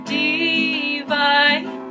divine